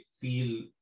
feel